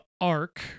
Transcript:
arc